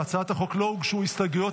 להצעת החוק לא הוגשו הסתייגויות,